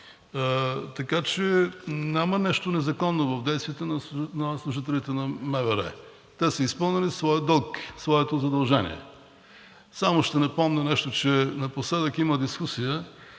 Така че няма нещо незаконно в действията на служителите на МВР. Те са изпълнили своя дълг, своето задължение. Само ще напомня, че напоследък има дискусия